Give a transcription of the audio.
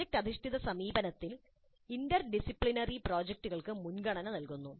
project അധിഷ്ഠിത സമീപനത്തിൽ interdisciplinary പ്രോജക്ടുകൾക്ക് മുൻഗണന നൽകുന്നു